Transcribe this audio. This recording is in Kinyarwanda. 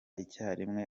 icyarimwe